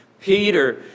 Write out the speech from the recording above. Peter